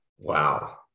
wow